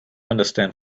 understand